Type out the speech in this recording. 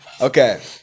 Okay